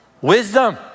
Wisdom